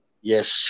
Yes